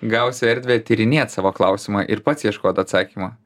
gausi erdvę tyrinėt savo klausimą ir pats ieškot atsakymo